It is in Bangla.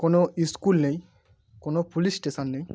কোনও ইস্কুল নেই কোনও পুলিশ স্টেশন নেই